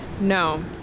No